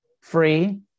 free